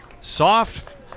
Soft